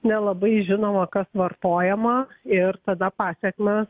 nelabai žinoma kas vartojama ir tada pasekmės